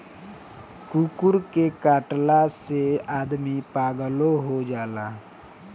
कुकूर के कटला से आदमी पागलो हो जाला